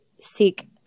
seek